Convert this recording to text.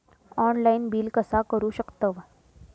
Online bill कसा करु शकतव?